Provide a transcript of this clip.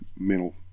Mental